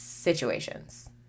situations